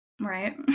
Right